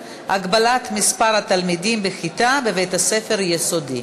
הגבלת מספר התלמידים בכיתה בבית-ספר יסודי),